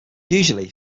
usually